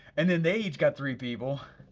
and then they each got three people,